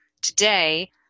today